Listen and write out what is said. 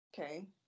Okay